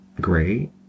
Great